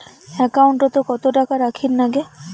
একাউন্টত কত টাকা রাখীর নাগে?